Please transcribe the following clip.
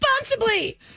responsibly